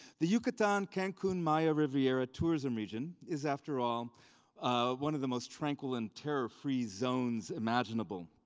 the yucatan cancun maya riviera tourism region is after all one of the most tranquil and terror-free zones imaginable,